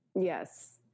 yes